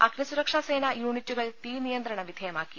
അഗ്നിസുരക്ഷാസേനാ യൂണിറ്റുകൾ തീ നിയന്ത്രണ വിധേയമാക്കി